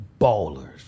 ballers